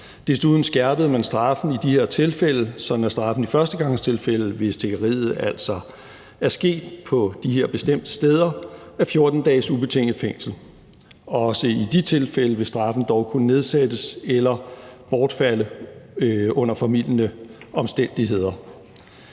Desuden skærpede man straffen i de her tilfælde, sådan at straffen i førstegangstilfælde, hvis tiggeriet altså er sket på de her bestemte steder, er 14 dages ubetinget fængsel. Også i de tilfælde vil straffen dog kunne nedsættes eller bortfalde under formildende omstændigheder.